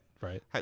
right